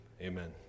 amen